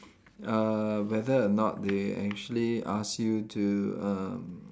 uh whether or not they actually ask you to um